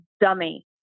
dummy